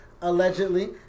allegedly